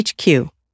HQ